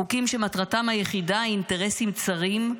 חוקים שמטרתם היחידה היא אינטרסים צרים,